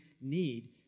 need